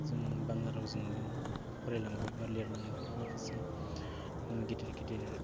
जों बांग्ला रावजोंनो फरायलांबाय बा लिरलांबाय माखासे गिदिर गिदिर